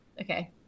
Okay